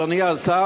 אדוני השר,